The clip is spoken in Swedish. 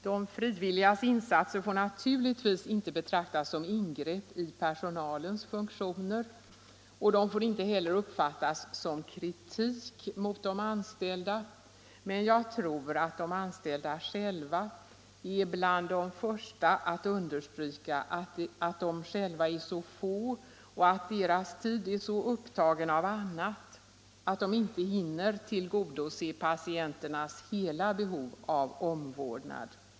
De frivilligas insatser får naturligtvis inte betraktas som ingrepp i personalens funktioner, och de får inte heller uppfattas som kritik mot de anställda. Men jag tror att de anställda själva är bland de första att understryka att de är så få och att deras tid är så upptagen av annat att de inte hinner tillgodose patienternas hela behov av omvårdnad.